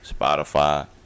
Spotify